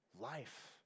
life